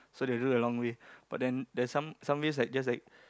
so they do a long way but then there some some way that just like